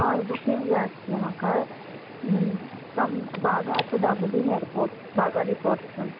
हय बुकींग जाय आसलें म्हाका from Baga to Dabolim airport Baga रिसोर्ट्सून